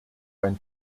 ein